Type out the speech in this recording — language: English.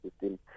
system